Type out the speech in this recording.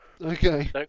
Okay